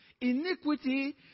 Iniquity